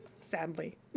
sadly